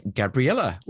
gabriella